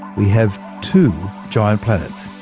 we have two giant planets.